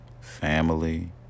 family